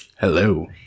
Hello